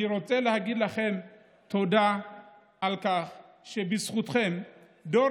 אני רוצה להגיד לכם תודה על כך שבזכותכם דור